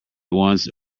once